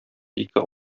ике